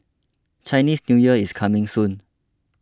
Chinese New Year is coming soon